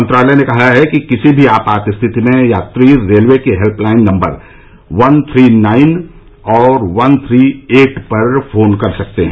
मंत्रालय ने कहा है कि किसी भी आपात रिथति में यात्री रेलवे की हेल्पलाइन नम्बर एक तीन नौ और एक तीन आठ पर फोन कर सकते हैं